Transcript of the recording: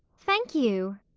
thank you!